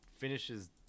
finishes